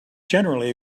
generally